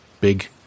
big